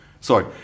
Sorry